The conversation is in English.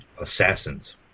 Assassins